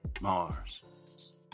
Mars